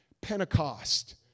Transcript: Pentecost